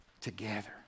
together